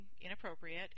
inappropriate